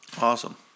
Awesome